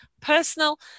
personal